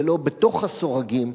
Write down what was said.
ולא מאחורי הסורגים,